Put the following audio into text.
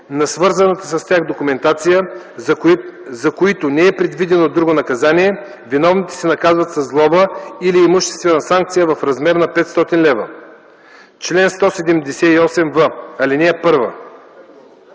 на свързаната с тях документация, за които не е предвидено друго наказание, виновните се наказват с глоба или с имуществена санкция в размер 500 лв. Чл. 178в. (1) Наказва